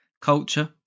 culture